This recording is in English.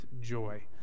joy